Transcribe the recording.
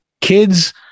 kids